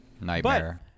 Nightmare